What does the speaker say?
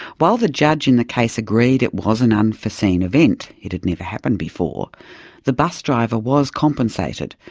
while the judge in the case agreed it was an unforseen event it had never happened before the bus driver was compensated,